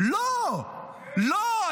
לא, לא.